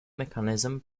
mechanism